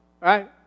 right